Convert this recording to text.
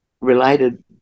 related